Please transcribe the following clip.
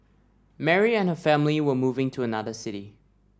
Mary and her family were moving to another city